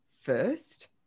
first